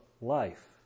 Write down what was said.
life